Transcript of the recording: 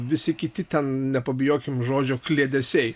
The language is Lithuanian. visi kiti ten nepabijokim žodžio kliedesiai